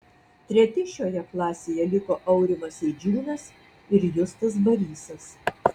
treti šioje klasėje liko aurimas eidžiūnas ir justas barysas